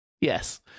yes